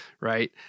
right